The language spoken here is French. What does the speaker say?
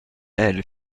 elle